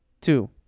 Two